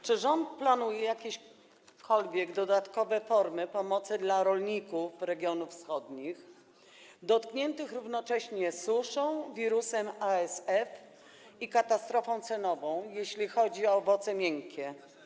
Czy rząd planuje jakiekolwiek dodatkowe formy pomocy dla rolników z regionów wschodnich, dotkniętych równocześnie suszą, wirusem ASF i katastrofą cenową, jeśli chodzi o owoce miękkie?